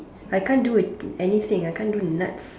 I can't do anything I can't do nuts